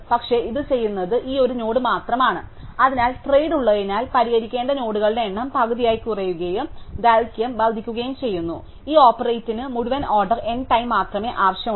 പക്ഷേ ഇത് ചെയ്യുന്നത് ഈ ഒരു നോഡ് മാത്രമാണ് അതിനാൽ ട്രേഡ് ഉള്ളതിനാൽ പരിഹരിക്കേണ്ട നോഡുകളുടെ എണ്ണം പകുതിയായി കുറയുകയും ദൈർഘ്യം വർദ്ധിക്കുകയും ചെയ്യുന്നു ഈ ഓപ്പറേറ്റിന് മുഴുവൻ ഓർഡർ N ടൈം മാത്രമേ ആവശ്യമുള്ളൂ